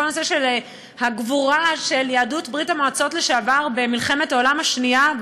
כל הנושא של הגבורה של יהדות ברית המועצות לשעבר במלחמת העולם השנייה,